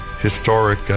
historic